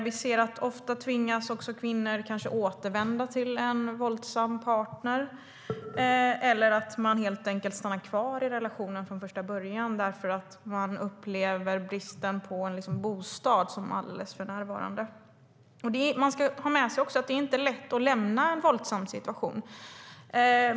Vi ser att kvinnor ofta tvingas återvända till en våldsam partner eller att de stannar kvar i relationen, eftersom de upplever bristen på bostad som alldeles för närvarande. Man ska också ha med sig att det inte är lätt att lämna en våldsam situation.